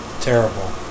terrible